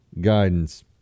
guidance